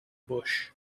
bush